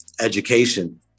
education